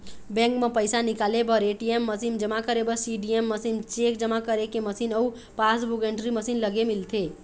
bank म पइसा निकाले बर ए.टी.एम मसीन, जमा करे बर सीडीएम मशीन, चेक जमा करे के मशीन अउ पासबूक एंटरी मशीन लगे मिलथे